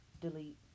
delete